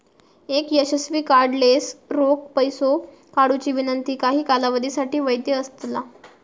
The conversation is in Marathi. एक यशस्वी कार्डलेस रोख पैसो काढुची विनंती काही कालावधीसाठी वैध असतला